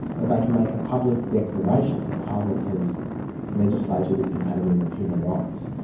but they can make a public declaration that parliament has legislated incompatibly with human rights.